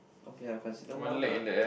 okay lah consider one lah